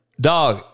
dog